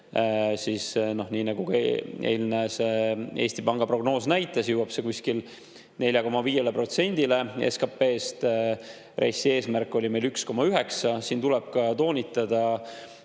siis nagu eilne Eesti Panga prognoos näitas, jõuab see kuskil 4,5%-le SKP-st. RES-i eesmärk oli meil 1,9%. Siin tuleb toonitada